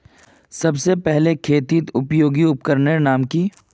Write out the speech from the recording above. सबसे पहले खेतीत उपयोगी उपकरनेर नाम की?